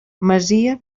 masia